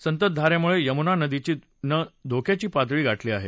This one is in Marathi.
संततधारेमुळे यमुना नदीनं धोक्याची पातळी गाठली आहे